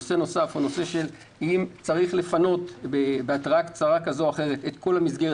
הנושא השני הוא אם צריך לפנות בהתרעה קצרה כזו או אחרת את כל המסגרת